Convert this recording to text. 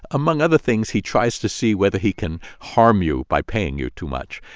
among other things, he tries to see whether he can harm you by paying you too much.